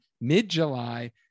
mid-July